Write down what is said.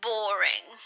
Boring